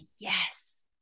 yes